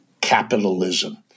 capitalism